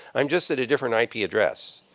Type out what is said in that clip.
i'm just at a different i p. address.